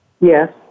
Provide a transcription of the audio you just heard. Yes